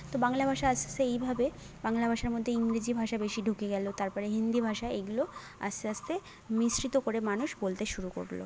তো বাংলা ভাষা আস্তে আস্তে এইভাবে বাংলা ভাষার মধ্যে ইংরেজি ভাষা বেশি ঢুকে গেল তারপরে হিন্দি ভাষা এইগুলো আস্তে আস্তে মিশ্রিত করে মানুষ বলতে শুরু করলো